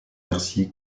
merci